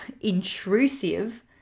intrusive